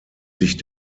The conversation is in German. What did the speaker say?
sich